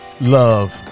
love